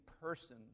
person